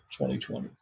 2020